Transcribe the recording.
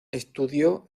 estudió